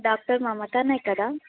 doctor మమతనే కదా